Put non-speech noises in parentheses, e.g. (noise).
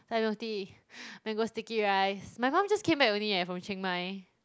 Thai milk tea (breath) mango sticky rice my mum just came back only eh from Chiang-Mai